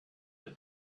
were